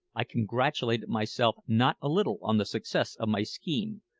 i congratulated myself not a little on the success of my scheme,